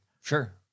Sure